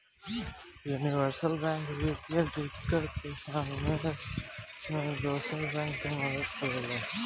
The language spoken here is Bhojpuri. यूनिवर्सल बैंक वित्तीय दिक्कत के समय में दोसर बैंक के मदद करेला